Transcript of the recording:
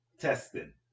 testing